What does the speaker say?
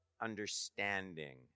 understanding